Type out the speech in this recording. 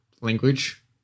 language